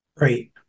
Right